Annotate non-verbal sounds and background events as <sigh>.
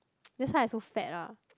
<noise> that's why I so fat ah